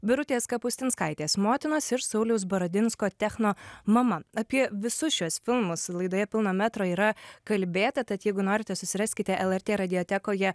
birutės kapustinskaitės motinos ir sauliaus baradinsko techno mama apie visus šiuos filmus laidoje pilno metro yra kalbėta tad jeigu norite susiraskite lrt radijotekoje